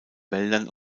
wäldern